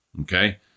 Okay